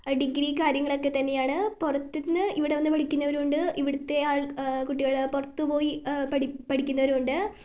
degree കാരൃങ്ങളൊക്കെ തന്നെയാണ് പുറത്തു നിന്ന് ഇവിടെ വന്നു പഠിക്കുന്നവരും ഉണ്ട് ഇവിടുത്തെ കുട്ടികൾ പുറത്തുപോയി പഠിക്കുന്നവരും ഉണ്ട്